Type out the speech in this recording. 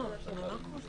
צריך לעשות